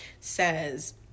says